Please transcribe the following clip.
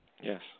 Yes